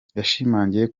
yashimangiye